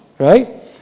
right